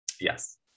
yes